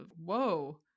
Whoa